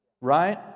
Right